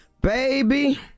Baby